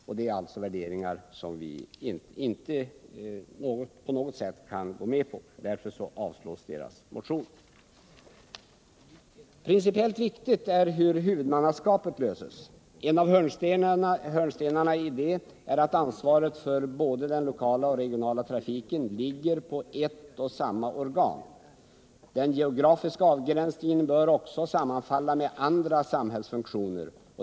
Det är alltså värderingar som vi inte på något sätt kan gå med på. Därför avstyrks deras motion. Principiellt viktigt är hur huvudmannaskapet löses. En av hörnstenarna är att ansvaret för både den lokala och den regionala trafiken ligger på ett och samma organ. Den geografiska avgränsningen bör också sammanfalla med andra samhällsfunktioner.